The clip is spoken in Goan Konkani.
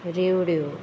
रेवड्यो